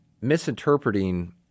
misinterpreting